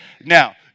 now